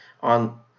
on